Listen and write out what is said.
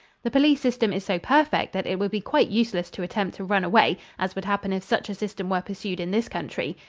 the police system is so perfect that it would be quite useless to attempt to run away, as would happen if such a system were pursued in this country.